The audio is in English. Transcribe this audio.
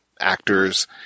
actors